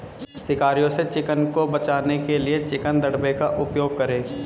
शिकारियों से चिकन को बचाने के लिए चिकन दड़बे का उपयोग करें